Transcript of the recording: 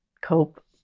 cope